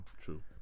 True